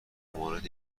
مورد